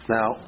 Now